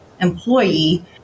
employee